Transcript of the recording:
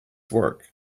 work